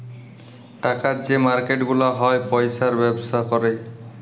টাকার যে মার্কেট গুলা হ্যয় পয়সার ব্যবসা ক্যরে